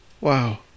Wow